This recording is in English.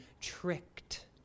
tricked